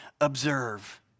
observe